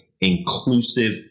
inclusive